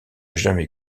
jamais